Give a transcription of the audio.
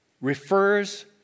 refers